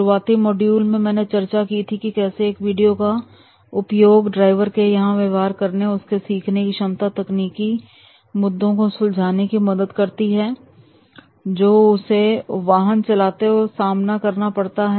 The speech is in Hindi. शुरुआती मॉड्यूल में मैंने चर्चा की थी कि कैसे एक वीडियो का उपयोग ड्राइवर के व्यवहार और उसके सीखने की क्षमता तकनीकी मुद्दों को सुलझाने में मदद करती है जो उसे वाहन चलाते हुए सामना करना पड़ता है